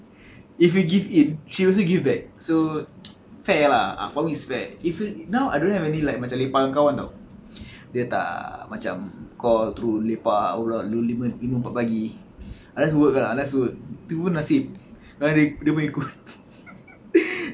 if you give in she will also give back so fair lah ah for me it's fair if you now I don't have any like lepak dengan kawan [tau] dia tak macam call turun lepak lima lima empat pagi unless work lah unless work tu pun nasib dia punya